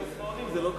אצל האופנוענים זה לא כך.